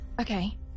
Okay